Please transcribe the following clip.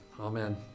Amen